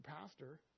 pastor